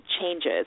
changes